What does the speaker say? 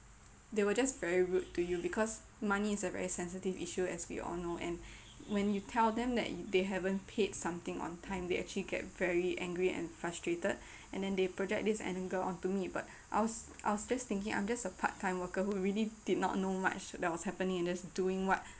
they were just very rude to you because money is a very sensitive issue as we all know and when you tell them that they haven't paid something on time they actually get very angry and frustrated and then they project this anger on to me but I was I was just thinking I'm just a part time worker who really did not know much that was happening and just doing what